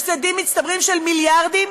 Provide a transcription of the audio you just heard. הפסדים מצטברים של מיליארדים,